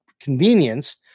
convenience